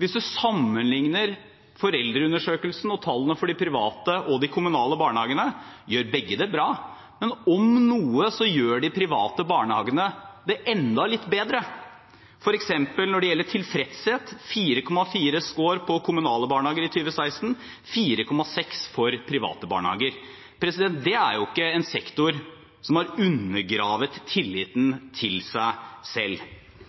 Hvis man sammenligner tallene for de private og de kommunale barnehagene i foreldreundersøkelsen, gjør begge det bra, men – om noe – gjør de private barnehagene det enda litt bedre, f.eks. når det gjelder tilfredshet: 4,4 i score for kommunale barnehager i 2016, 4,6 for private barnehager. Det er jo ikke en sektor som har undergravd tilliten til seg selv.